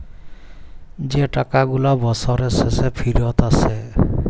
যে টাকা গুলা বসরের শেষে ফিরত আসে